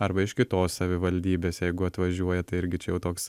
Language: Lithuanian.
arba iš kitos savivaldybės jeigu atvažiuoja tai irgi čia toks